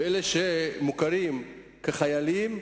וחיילים שמוכרים כחיילים,